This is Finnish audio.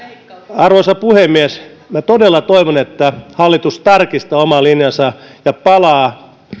arvoisa puhemies minä todella toivon että hallitus tarkistaa omaa linjaansa ja palauttaa